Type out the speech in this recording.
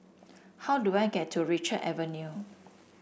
how do I get to Richard Avenue